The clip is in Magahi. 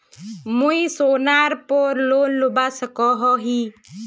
मुई सोनार पोर लोन लुबा सकोहो ही?